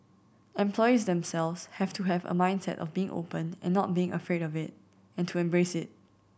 employees themselves have to have a mindset of being open and not being afraid of it and to embrace it